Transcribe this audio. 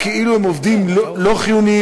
כאילו הם עובדים לא חיוניים,